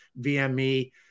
VME